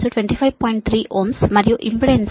3Ω మరియు impedance X 66